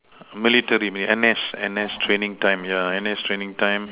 military N_S N_S training time yeah N_S training time